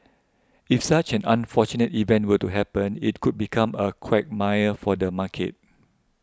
if such an unfortunate event were to happen it could become a quagmire for the market